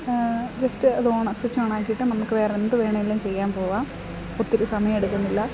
just അത് on switch on ആക്കിയിട്ട് നമുക്ക് വേറെന്ത് വേണേലും ചെയ്യാൻ പോകാം ഒത്തിരി സമയമെടുക്കുന്നില്ല